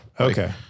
Okay